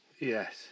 yes